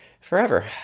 forever